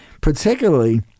particularly